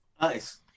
Nice